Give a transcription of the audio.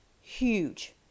huge